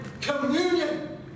communion